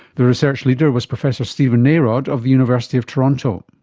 the research leader was professor steven narod of the university of toronto.